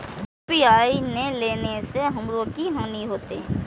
UPI ने लेने से हमरो की हानि होते?